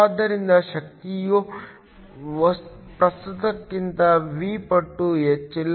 ಆದ್ದರಿಂದ ಶಕ್ತಿಯು ಪ್ರಸ್ತುತಕ್ಕಿಂತ V ಪಟ್ಟು ಹೆಚ್ಚಿಲ್ಲ